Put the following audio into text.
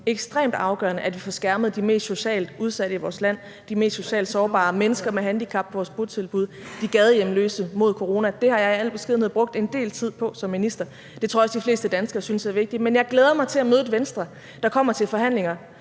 ekstremt afgørende, at vi får skærmet de mest socialt udsatte i vores land, de mest socialt sårbare mennesker med handicap på vores botilbud, de gadehjemløse mod corona. Det har jeg i al beskedenhed brugt en del tid på som minister. Det tror jeg også de fleste danskere synes er vigtigt. Men jeg glæder mig til at møde et Venstre, der kommer til forhandlinger